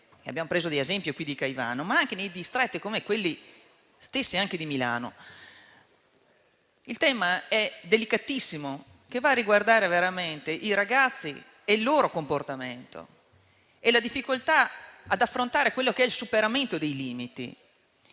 abbiamo preso ad esempio, quindi Caivano, ma anche distretti come quelli della stessa Milano. Il tema è delicatissimo e riguarda veramente i ragazzi, il loro comportamento e la difficoltà di affrontare il superamento dei limiti.